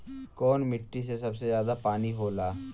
कौन मिट्टी मे सबसे ज्यादा पानी होला?